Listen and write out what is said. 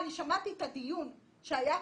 שמעתי את הדיון הקודם שהיה פה,